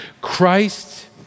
Christ